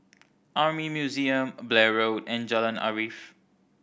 Army Museum Blair Road and Jalan Arif